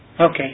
Okay